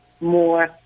more